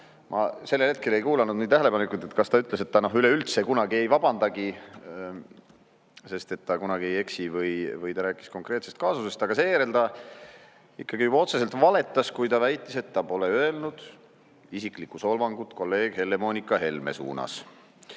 Ma sellel hetkel ei kuulanud nii tähelepanelikult, kas ta ütles, et ta üleüldse kunagi ei vabandagi, sest ta kunagi ei eksi, või ta rääkis konkreetsest kaasusest. Aga seejärel ta ikkagi juba otseselt valetas, kui ta väitis, et ta pole öelnud isiklikku solvangut kolleeg Helle-Moonika Helme suunas.